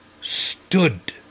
stood